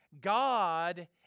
God